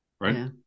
right